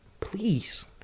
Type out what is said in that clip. Please